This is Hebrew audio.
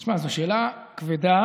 תשמע, זו שאלה כבדה.